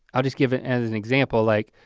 i'll just give it as an example like,